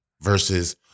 Versus